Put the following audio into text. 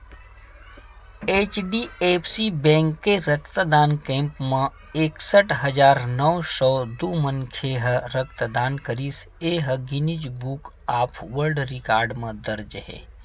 HDFC bank के रक्तदान camp म एकसट हजार नव सौ दू मनखे ह रक्तदान करिस ए ह Guinness book of world record म दर्ज हे